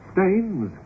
Stains